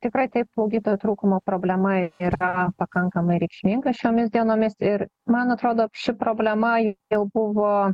tikrai taip salugytojų trūkumo problema yra pakankamai reikšminga šiomis dienomis ir man atrodo ši problema jau buvo